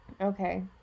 Okay